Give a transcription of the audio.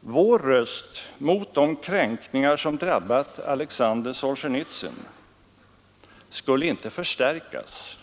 Vår röst mot de kränkningar som drabbat Alexander Solzjenitsyn skulle inte förstärkas